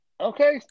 Okay